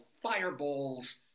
fireballs